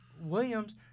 Williams